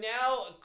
now